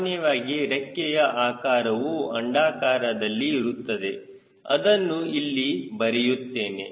ಸಾಮಾನ್ಯವಾಗಿ ರೆಕ್ಕೆಯ ಆಕಾರವು ಅಂಡಾಕಾರದಲ್ಲಿ ಇರುತ್ತದೆ ಅದನ್ನು ಇಲ್ಲಿ ಬರೆಯುತ್ತೇನೆ